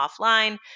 offline